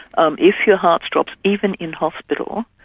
um if your heart stops, even in hospital,